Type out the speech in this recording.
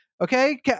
Okay